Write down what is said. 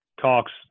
talks